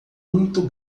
muito